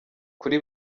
kuri